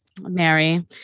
Mary